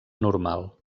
normal